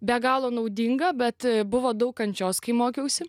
be galo naudinga bet buvo daug kančios kai mokiausi